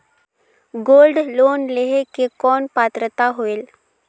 Gold loan लेहे के कौन पात्रता होएल?